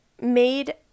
made